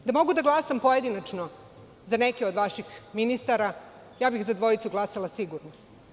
Da mogu da glasam pojedinačno za neke od vaših ministara, ja bih za dvojicu glasala sigurno.